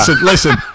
listen